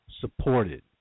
supported